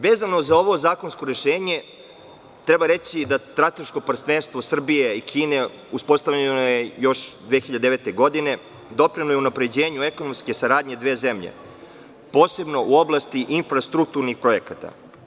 Vezano za ovo zakonsko rešenje treba reći da strateško partnerstvo Srbije i Kine uspostavljeno je još 2009. godine i doprinelo je unapređenju ekonomske saradnje dve zemlje, posebno u oblasti infrastrukturnih projekata.